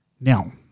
Now